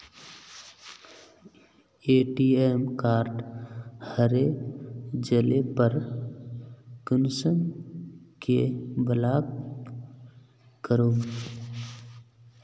ATM card हरे जाले पर कुंसम के ब्लॉक करूम?